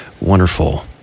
wonderful